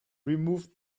removed